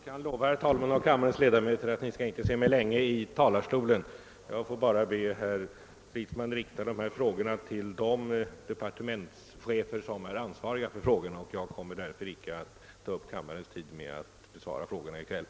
Jag kan lova herr talmannen och kammarens övriga ledamöter att ni inte skall behöva se mig länge i talarstolen. Jag vill endast be herr Stridsman rikta sina frågor till de närmast ansvariga departementscheferna. Jag kommer därför icke att uppta kammarens tid med att besvara frågorna i kväll.